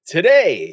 Today